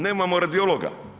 Nemamo radiologa.